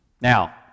Now